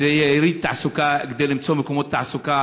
שיהיה יריד תעסוקה כדי למצוא מקומות תעסוקה.